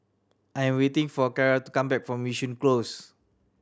I'm waiting for Cara to come back from Yishun Close